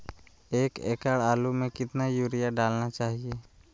एक एकड़ आलु में कितना युरिया डालना चाहिए?